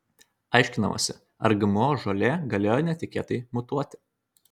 aiškinamasi ar gmo žolė galėjo netikėtai mutuoti